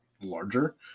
larger